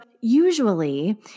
usually